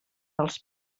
dels